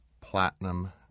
Platinum